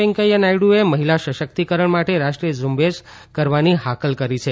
વૈંકેયા નાયડએ મહિલા સશક્તિકરણ માટે રાષ્ટ્રીય ઝુંબેશ કરવાની હાકલ કરી છે